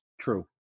True